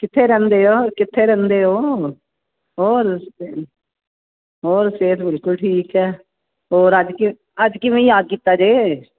ਕਿੱਥੇ ਰਹਿੰਦੇ ਹੋ ਕਿੱਥੇ ਰਹਿੰਦੇ ਹੋ ਹੋਰ ਹੋਰ ਸਿਹਤ ਬਿਲਕੁਲ ਠੀਕ ਹੈ ਹੋਰ ਅੱਜ ਕਿਵੇਂ ਅੱਜ ਕਿਵੇਂ ਯਾਦ ਕੀਤਾ ਜੀ